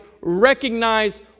recognize